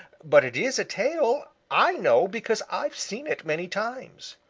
but it is a tail. i know because i've seen it many times.